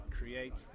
create